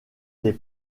les